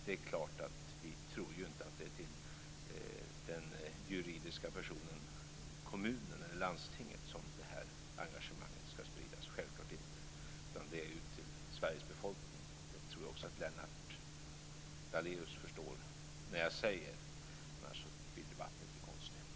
Det är klart att vi inte tror att det är till den juridiska personen kommunen eller landstinget som engagemanget ska spridas. Självklart inte. Det är till Sveriges befolkning det ska spridas. Det tror jag också Lennart Daléus förstår när jag säger det. Annars blir debatten lite konstig.